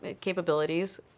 capabilities